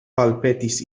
palpetis